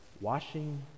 washing